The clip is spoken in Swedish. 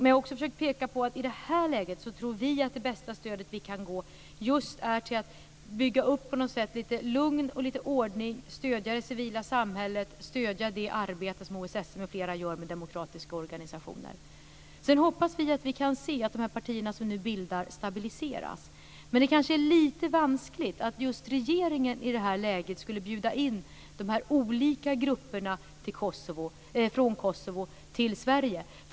Jag har också försökt peka på att vi i det här läget tror att det bästa stöd vi kan ge är att bygga upp lite lugn och ordning, stödja det civila samhället, stödja det arbete som OSSE m.fl. gör med demokratiska organisationer. Sedan hoppas vi att vi kan se de partier som nu bildas stabiliseras. Det är lite vanskligt att just regeringen i det här läget skulle bjuda in olika grupper från Kosovo till Sverige.